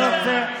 אני רוצה,